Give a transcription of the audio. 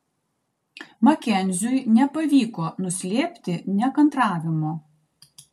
makenziui nepavyko nuslėpti nekantravimo